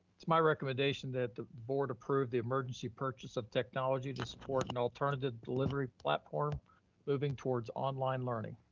it's my recommendation that the board approve the emergency purchase of technology to support an alternative delivery platform moving towards online learning.